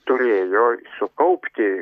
turėjo sukaupti